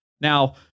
Now